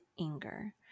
anger